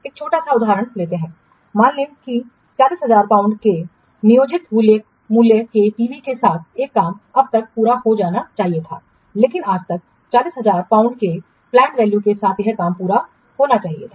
एक छोटा सा उदाहरण लेते हैं मान लें कि 40000 पाउंड के नियोजित मूल्य के पीवी के साथ एक काम अब तक पूरा हो जाना चाहिए था आज तक 40000 पाउंड के पलैंड वैल्यू के साथ एक काम पूरा होना चाहिए था